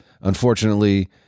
unfortunately